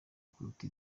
kuruta